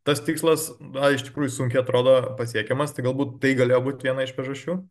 tas tikslas na iš tikrųjų sunkiai atrodo pasiekiamas tai galbūt tai galėjo būt viena iš priežasčių